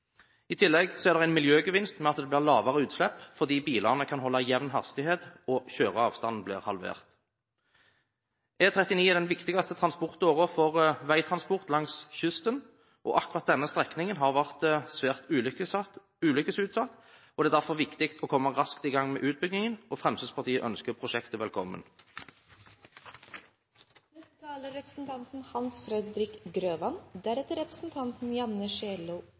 I tillegg er det en miljøgevinst ved at det blir lavere utslipp fordi bilene kan holde jevn hastighet og kjøreavstanden blir halvert. E39 er den viktigste transportåren for veitransport langs kysten. Akkurat denne strekningen har vært svært ulykkesutsatt, og det er derfor viktig å komme raskt i gang med utbyggingen. Fremskrittspartiet ønsker prosjektet velkommen. Som flere allerede har sagt, er